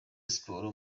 siporo